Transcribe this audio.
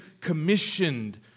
commissioned